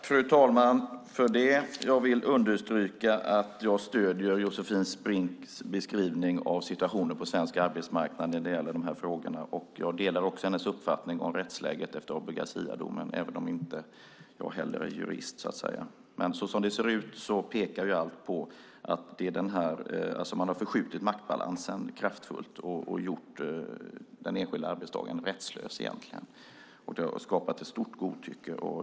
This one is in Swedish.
Fru talman! Jag vill understryka att jag stöder Josefin Brinks beskrivning av situationen på svensk arbetsmarknad i de här frågorna. Jag delar hennes uppfattning om rättsläget efter Abu Garcia-domen, även om jag inte är jurist. Men som det ser ut pekar allt på att man har förskjutit maktbalansen kraftfullt och egentligen gjort den enskilda arbetstagaren rättslös och skapat ett stort godtycke.